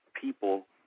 people